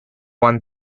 one